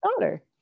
daughter